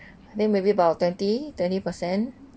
then maybe about twenty twenty percent